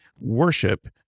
worship